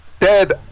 dead